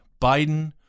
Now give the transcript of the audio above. Biden